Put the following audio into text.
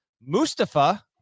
Mustafa